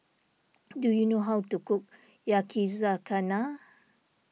do you know how to cook Yakizakana